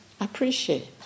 appreciate